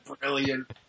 brilliant